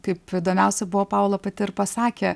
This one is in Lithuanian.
kaip įdomiausia buvo paula pati ir pasakė